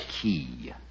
key